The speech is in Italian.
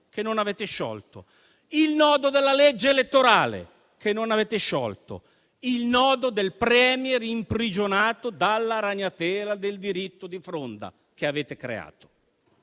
che non avete sciolto; il nodo della legge elettorale, che non avete sciolto; il nodo del *Premier* imprigionato dalla ragnatela del diritto di fronda, che avete creato.